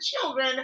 children